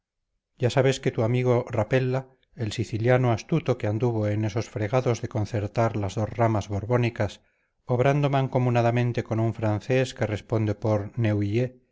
ya sabes que tu amigo rapella el siciliano astuto que anduvo en esos fregados de concertar las dos ramas borbónicas obrando mancomunadamente con un francés que responde por